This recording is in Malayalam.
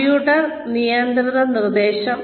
കമ്പ്യൂട്ടർ നിയന്ത്രിത നിർദ്ദേശം